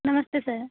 नमस्ते सर